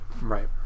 Right